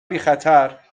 بیخطر